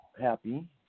happy